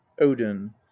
odin